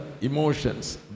emotions